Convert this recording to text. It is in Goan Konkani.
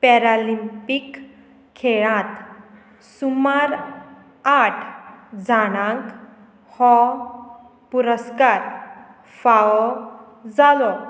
पॅरा ऑलिंपीक खेळांत सुमार आठ जाणांक हो पुरस्कार फावो जालो